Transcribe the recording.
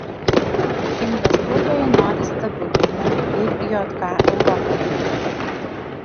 investuotojai nori stabilumo ir jk europoje